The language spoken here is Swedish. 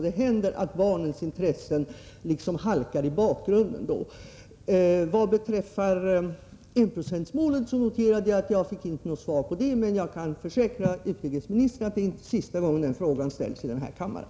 Det händer att barnens intressen liksom hamnar i bakgrunden. Vad beträffar frågan om enprocentsmålet noterade jag att jag inte fick något svar på den, men jag kan försäkra utrikesministern att det inte är sista gången den frågan ställs här i kammaren.